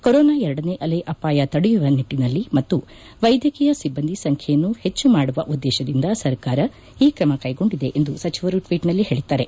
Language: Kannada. ಕೊರೋನಾ ಎರಡನೆ ಅಲೆ ಅಪಾಯ ತಡೆಯುವ ನಿಟ್ಟಿನಲ್ಲಿ ಮತ್ತು ವೈದ್ಯಕೀಯ ಸಿಬ್ಬಂದಿ ಸಂಖ್ಯೆಯನ್ನು ಹೆಚ್ಚು ಮಾಡುವ ಉದ್ದೇಶದಿಂದ ಸರ್ಕಾರ ಈ ಕ್ರಮ ಕೈಗೊಂಡಿದೆ ಎಂದು ಸಚಿವರು ಟ್ವೀಟ್ನಲ್ಲಿ ಹೇಳಿದ್ದಾರೆ